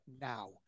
now